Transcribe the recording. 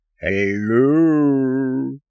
Hello